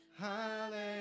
Hallelujah